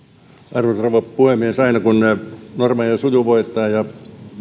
rouva puhemies aina kun normeja sujuvoitetaan ja